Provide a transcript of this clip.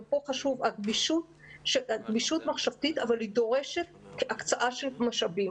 ופה חשוב גמישות מחשבתית אבל היא דורשת הקצאה של משאבים.